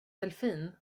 delfin